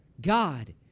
God